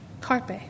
carpe